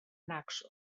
naxos